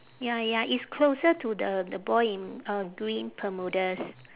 ya ya it's closer to the the boy in uh green bermudas